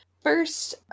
first